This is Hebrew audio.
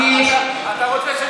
אתה רוצה,